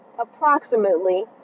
approximately